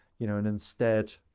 you know, and instead,